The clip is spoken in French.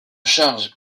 charge